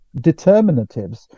determinatives